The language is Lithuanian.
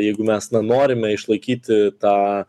jeigu mes na norime išlaikyti tą